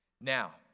Now